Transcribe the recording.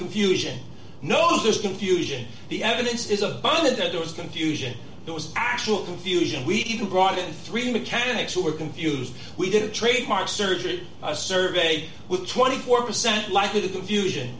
confusion know there's confusion the evidence is abundant that there was confusion there was actual confusion we even brought in three mechanics who were confused we did a trademark surgery a survey with twenty four percent likely to confusion